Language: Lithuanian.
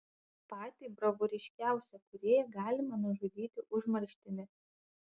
patį bravūriškiausią kūrėją galima nužudyti užmarštimi